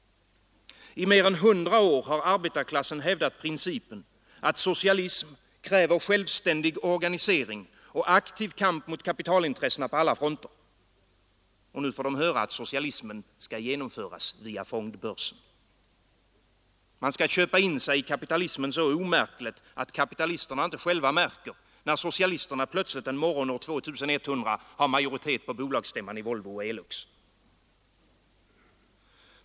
I mer än 100 år har arbetarklassen hävdat principen att socialism kräver självständig organisering och aktiv kamp mot kapitalintressena på alla fronter. Nu får de höra att socialismen skall genomföras via fondbörsen. Man skall köpa in sig i kapitalismen så omärkligt att kapitalisterna inte själva märker när socialisterna plötsligt en morgon år 2100 har majoritet på bolagsstämman i Volvo och Electrolux.